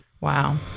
Wow